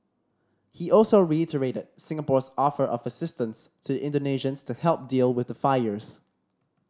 he also reiterated Singapore's offer of assistance to the Indonesians to help deal with the fires